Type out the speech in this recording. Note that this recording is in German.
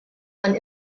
man